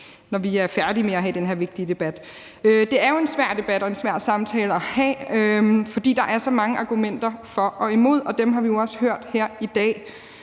når vi er færdige med at have den her vigtige debat. Det er jo en svær debat og en svær samtale at have, fordi der er så mange argumenter for og imod, og dem har vi jo også hørt her i dag.